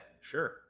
sure